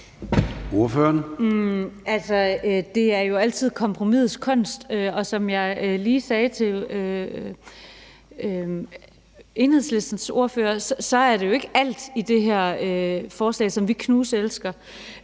Altså, det er jo altid kompromisets kunst, og som jeg lige sagde til Enhedslistens ordfører, er det jo ikke alt i det her forslag, som vi knuselsker.